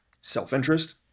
self-interest